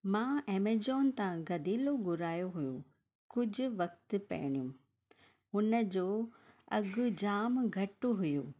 मां एमेजॉन था गदिलो घुरायो हुओ कुझु वक़्तु पहिरियों हुन जो अघु जाम घटि हुओ